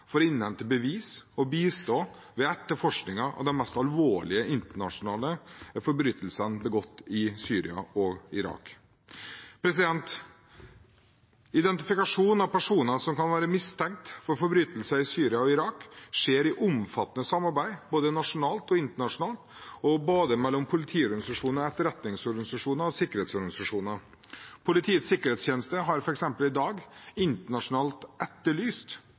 for å innhente bevis og bistå ved etterforskningen av de mest alvorlige internasjonale forbrytelsene begått i Syria og Irak. Identifikasjon av personer som kan være mistenkt for forbrytelser i Syria og Irak, skjer i et omfattende samarbeid både nasjonalt og internasjonalt, og mellom både politiorganisasjoner, etterretningsorganisasjoner og sikkerhetsorganisasjoner. Politiets sikkerhetstjeneste har f.eks. i dag internasjonalt etterlyst